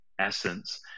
essence